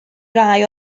rai